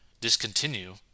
discontinue